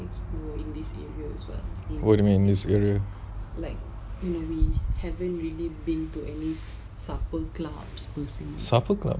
what do you mean in this area supper club